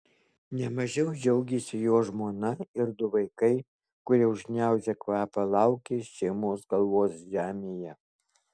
ne mažiau džiaugėsi jo žmona ir du vaikai kurie užgniaužę kvapą laukė šeimos galvos žemėje